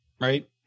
right